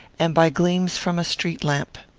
and by gleams from a street-lamp.